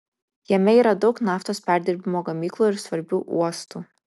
jame yra daug naftos perdirbimo gamyklų ir svarbių uostų